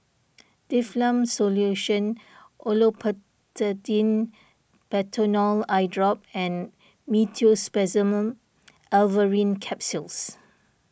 Difflam Solution Olopatadine Patanol Eyedrop and Meteospasmyl Alverine Capsules